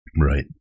Right